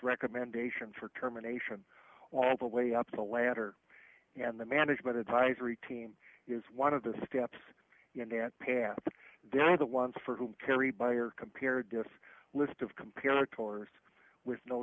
recommendation for terminations all the way up the ladder and the management advisory team is one of the steps in at path they're the ones for whom carry buyer compared this list of compare our tours with no